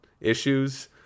issues